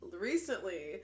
recently